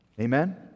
amen